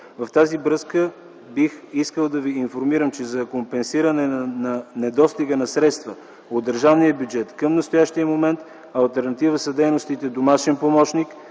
В тази връзка бих искал да Ви информирам, че за компенсиране на недостига на средства от държавния бюджет към настоящия момент алтернатива са дейностите „домашен помощник”,